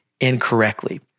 incorrectly